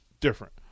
different